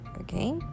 okay